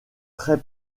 très